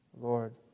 Lord